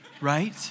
Right